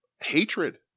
hatred